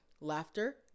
laughter